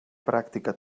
pràctica